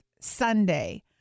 Sunday